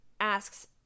asks